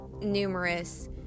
numerous